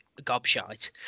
gobshite